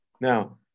Now